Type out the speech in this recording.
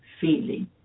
feeling